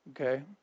okay